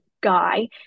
guy